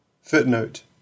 Footnote